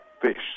fish